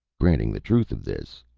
granting the truth of this,